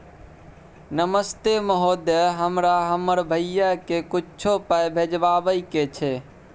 नमस्ते महोदय, हमरा हमर भैया के कुछो पाई भिजवावे के छै?